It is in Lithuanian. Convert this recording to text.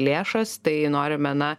lėšas tai norime na